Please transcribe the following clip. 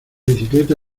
bicicleta